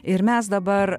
ir mes dabar